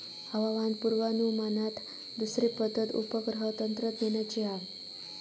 हवामान पुर्वानुमानात दुसरी पद्धत उपग्रह तंत्रज्ञानाची हा